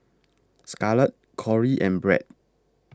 Scarlet Corey and Brad